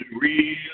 real